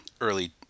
early